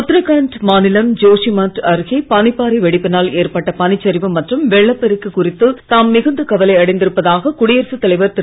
உத்தராகண்ட் மாநிலம் ஜோஷிமட் பனிப்பாறை அருகே வெடிப்பினால் ஏற்பட்ட பனிச்சரிவு மற்றும் வெள்ளப் பெருக்கு குறித்து தாம் மிகுந்த கவலை அடைந்திருப்பதாக குடியரசுத் தலைவர் திரு